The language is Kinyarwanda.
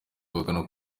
guhakana